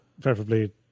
preferably